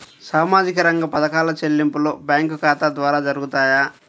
సామాజిక రంగ పథకాల చెల్లింపులు బ్యాంకు ఖాతా ద్వార జరుగుతాయా?